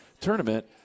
tournament